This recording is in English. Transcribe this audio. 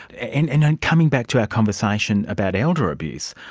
and and and coming back to our conversation about elder abuse,